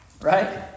right